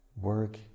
work